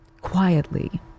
quietly